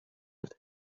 his